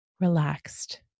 relaxed